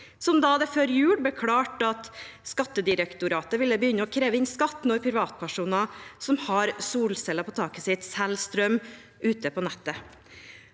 som da det før jul ble klart at Skattedirektoratet ville begynne å kreve inn skatt når privatpersoner som har solceller på taket sitt, selger strøm ute på nettet.